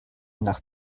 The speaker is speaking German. nach